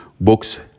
Books